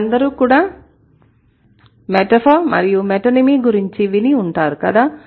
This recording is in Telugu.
మీరందరూ కూడా మెటఫర్ మరియు మెటోనిమి గురించి విని ఉంటారు కదా